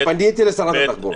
פניתי לשרת התחבורה.